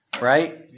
right